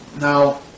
Now